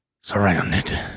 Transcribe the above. surrounded